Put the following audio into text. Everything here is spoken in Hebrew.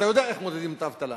אתה יודע איך מודדים את האבטלה,